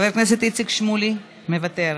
חבר הכנסת איציק שמולי, מוותר,